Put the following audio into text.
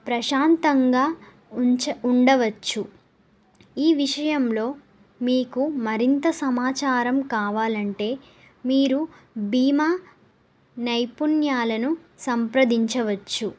ప్రశాంతంగా ఉంచ ఉండవచ్చు ఈ విషయంలో మీకు మరింత సమాచారం కావాలంటే మీరు బీమా నైపుణ్యాలను సంప్రదించవచ్చు